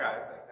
guys